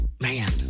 man